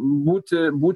būti būti